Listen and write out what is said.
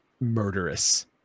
Murderous